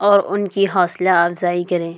اور ان کی حوصلہ افرائی کریں